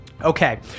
Okay